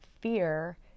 fear